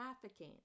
trafficking